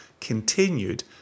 continued